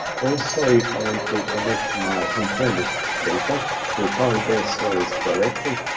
also, if i want to connect my on-premise data to power based service directly,